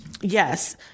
yes